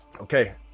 Okay